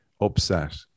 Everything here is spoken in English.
upset